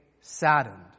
saddened